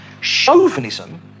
chauvinism